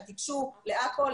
תיגשו לעכו,